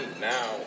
Now